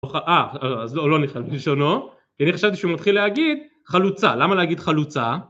אה, אז לא נכלל. כלשונו, אני חשבתי שהוא מתחיל להגיד חלוצה למה להגיד חלוצה